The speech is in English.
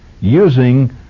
using